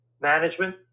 management